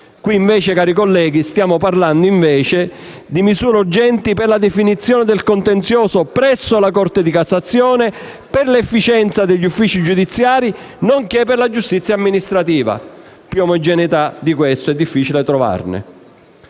Qui invece, cari colleghi, stiamo parlando di misure urgenti per la definizione del contenzioso presso la Corte di cassazione e per l'efficienza degli uffici giudiziari, nonché per la giustizia amministrativa. Più omogeneità di questa è difficile trovarne.